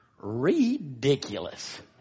Ridiculous